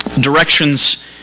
Directions